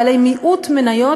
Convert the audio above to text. בעלי מיעוט מניות,